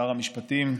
שר המשפטים,